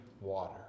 water